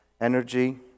energy